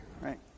right